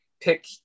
pick